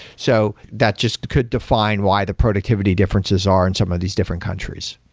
so that just could define why the productivity differences are in some of these different countries.